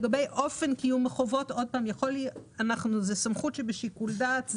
לגבי אופן קיום החובות, זאת סמכות שבשיקול דעת,